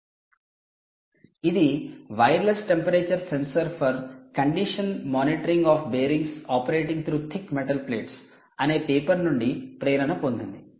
ఇది wireless temperature sensor for condition monitoring of bearings operating through thick metal plates మందపాటి metal ప్లేట్ల ద్వారా పనిచేసే బేరింగ్ల యొక్క స్థితి పర్యవేక్షణ కోసం వైర్లెస్ ఉష్ణోగ్రత సెన్సార్ అనే పేపర్ నుండి ప్రేరణ పొందింది